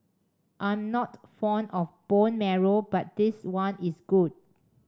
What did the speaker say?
I'm not fond of bone marrow but this one is good